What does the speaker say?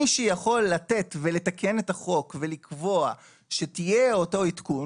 מי שיכול לתת ולתקן את החוק ולקבוע שתהיה אותו עדכון,